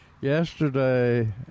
Yesterday